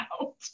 out